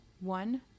one